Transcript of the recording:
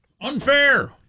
Unfair